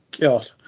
God